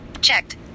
Checked